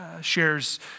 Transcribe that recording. shares